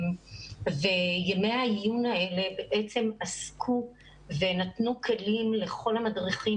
וימי העיון האלה עסקו ונתנו כלים לכל המדריכים